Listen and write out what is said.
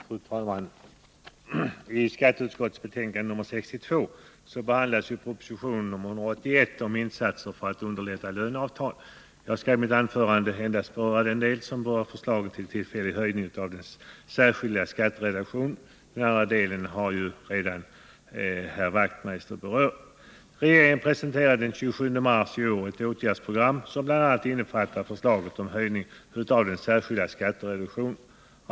Fru talman! I skatteutskottets betänkande 62 behandlas proposition 181 om insatser för att underlätta löneavtal. Jag skall i mitt anförande endast beröra den del som avser förslaget om tillfällig höjning av den särskilda skattereduktionen. Den andra delen har ju Knut Wachtmeister redan berört. Regeringen presenterade den 27 mars i år ett åtgärdsprogram som bl.a. innefattade förslag om tillfällig höjning av den särskilda skattereduktionen.